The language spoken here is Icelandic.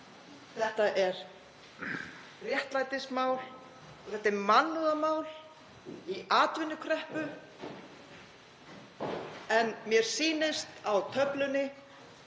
Þetta er réttlætismál og þetta er mannúðarmál í atvinnukreppu. En mér sýnist á töflunni